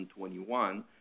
2021